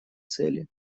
цели